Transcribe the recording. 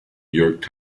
york